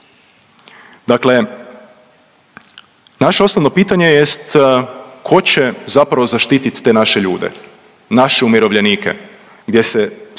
dakle naše osnovno pitanje jest tko će zapravo zaštitit te naše ljude, naše umirovljenike gdje se